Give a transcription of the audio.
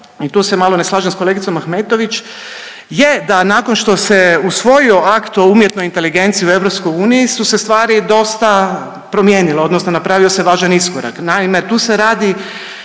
i tu se malo ne slažem s kolegicom Ahmetović je da nakon što se usvojio Akt o umjetnoj inteligenciji u EU su se stvari dosta promijenile odnosno napravio se važan iskorak.